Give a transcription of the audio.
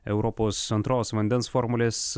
europos antros vandens formulės